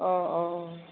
অঁ অঁ